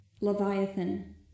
Leviathan